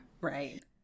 Right